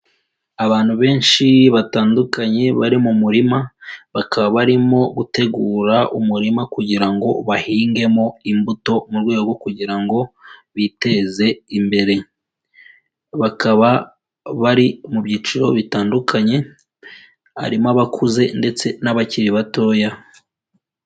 Abantu benshi batandukanye bari mu murima, bakaba barimo gutegura umurima kugira ngo bahingemo imbuto mu rwego rwo kugira ngo biteze imbere, bakaba bari mu byiciro bitandukanye harimo abakuze ndetse n'abakiri batoya.